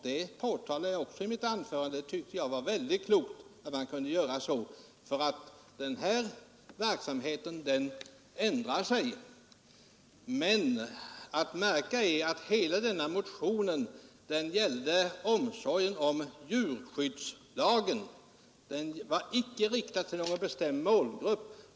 Det nämnde jag också i mitt anförande och sade att det var mycket klokt, eftersom denna verksamhet ändrar sig. Att märka är att hela denna motion gällde djurskyddslagen — den riktade sig inte mot någon bestämd målgrupp.